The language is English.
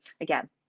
again